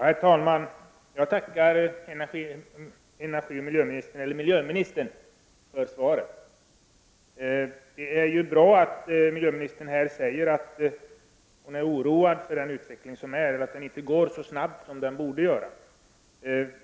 Herr talman! Jag tackar miljöministern för svaret. Det är bra att miljöministern här ger uttryck för sin oro över att utvecklingen inte går så snabbt som den borde göra.